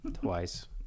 twice